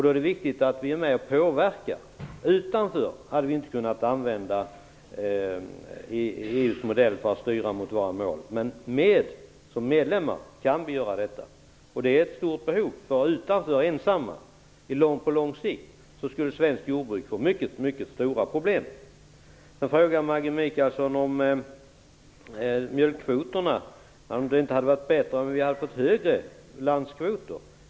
Då är det viktigt att vi är med och påverkar. Utanför hade vi inte kunnat använda EU:s modell för att styra mot våra mål, men som medlemmar kan vi göra detta. Det finns ett stort behov. Utanför EU och ensamma skulle svenska jordbrukare på lång sikt få mycket stora problem. Maggi Mikaelsson frågar om det inte hade varit bättre om vi hade fått högre mjölkkvoter.